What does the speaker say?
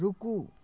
रूकू